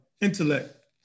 intellect